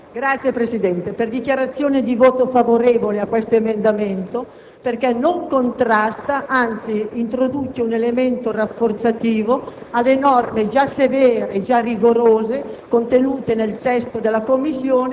Per questa ragione voterò a favore dell'emendamento 1.201 e degli analoghi emendamenti successivi.